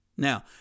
Now